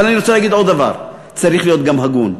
אבל אני רוצה להגיד עוד דבר: צריך להיות גם הגון.